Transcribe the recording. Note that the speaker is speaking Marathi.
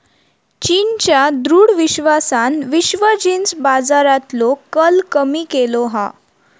चीनच्या दृढ विश्वासान विश्व जींस बाजारातलो कल कमी केलो हा